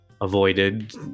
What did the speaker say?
avoided